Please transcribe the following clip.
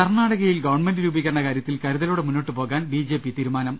കർണ്ണാടകയിൽ ഗവൺമെന്റ് രൂപീകരണ കാര്യത്തിൽ കരുതലോടെ മുന്നോട്ട് പോകാൻ ബി ജെ പി തീരുമാനം